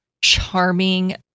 charming